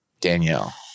Danielle